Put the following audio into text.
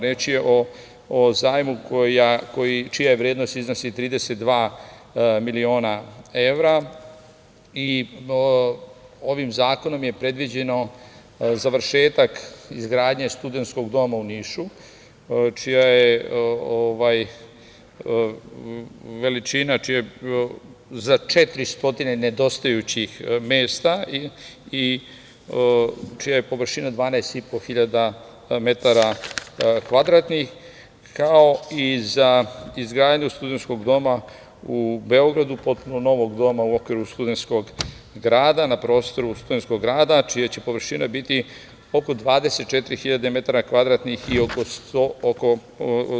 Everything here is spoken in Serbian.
Reč je o zajmu čija vrednost iznosi 32 miliona evra i ovim zakonom je predviđen završetak izgradnje studentskog doma u Nišu, čija je veličina za 400 nedostajućih mesta, čija je površina 12.500 m2 kao i za izgradnju studentskog doma u Beogradu, potpuno novog doma u okviru Studentskog grada, na prostoru Studentskog grada, čija će površina biti oko 24.000 m2